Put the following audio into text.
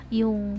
yung